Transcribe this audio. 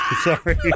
Sorry